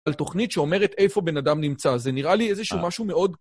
על תוכנית שאומרת איפה בן אדם נמצא, זה נראה לי איזשהו משהו מאוד...